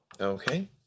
Okay